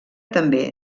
també